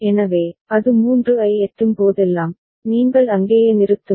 எனவே அது 3 ஐ எட்டும் போதெல்லாம் நீங்கள் அங்கேயே நிறுத்துங்கள்